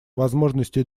возможностей